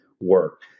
work